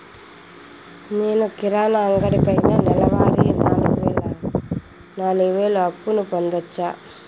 నేను కిరాణా అంగడి పైన నెలవారి నాలుగు వేలు అప్పును పొందొచ్చా?